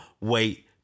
wait